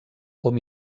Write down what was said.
hom